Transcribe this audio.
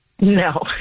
No